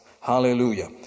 Hallelujah